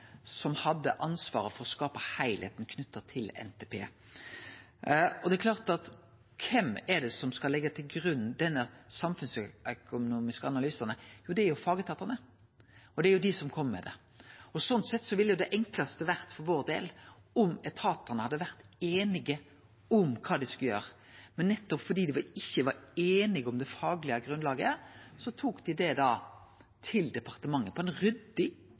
som hadde ansvaret for å skape heilskapen knytt til NTP. Kven er det som skal leggje til grunn desse samfunnsøkonomiske analysane? Jo, det er fagetatane, og det er dei som kjem med det. Sånn sett ville det enklaste for vår del ha vore om etatane hadde vore einige om kva dei skulle gjere. Men nettopp fordi dei ikkje var einige om det faglege grunnlaget, tok dei det til departementet – på ein ryddig